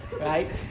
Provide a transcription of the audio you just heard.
right